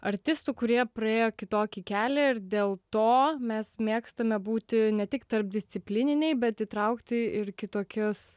artistų kurie praėjo kitokį kelią ir dėl to mes mėgstame būti ne tik tarpdisciplininiai bet įtraukti ir kitokius